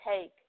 take